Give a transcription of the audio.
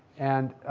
and